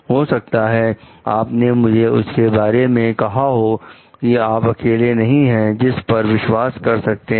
हो सकता है आपने मुझसे उसके बारे में कहां हो की आप अकेले नहीं हैं जिस पर विश्वास कर सकते हैं